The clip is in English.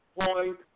point